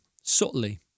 subtly